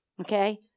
Okay